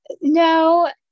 No